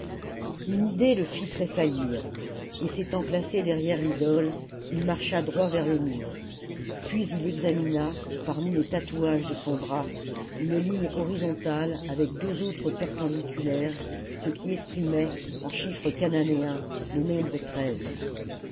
une idée le fit tressaillir et s'étant placé derrière l'idole il marcha droit vers le mur puis il examina parmi les tatouages de son bras une ligne horizontale avec deux autres perpendiculaires ce qui exprimait en chiffres chananéens le nombre